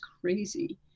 crazy